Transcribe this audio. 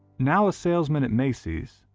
now a salesman at macy's,